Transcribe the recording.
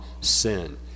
sin